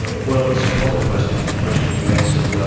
well it's probably the most difficult question to answer.